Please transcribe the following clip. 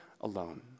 alone